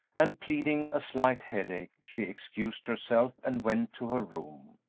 and, pleading a slight headache, she excused herself and went to her room.